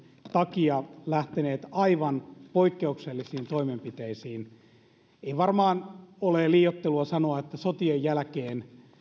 takia lähteneet aivan poikkeuksellisiin toimenpiteisiin ei varmaan ole liioittelua sanoa että sotien jälkeen